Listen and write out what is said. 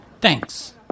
Thanks